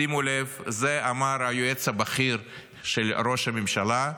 שימו לב, את זה אמר היועץ הבכיר של ראש הממשלה,